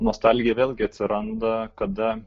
nostalgija vėlgi atsiranda kada